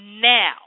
now